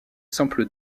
simple